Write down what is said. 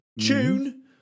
Tune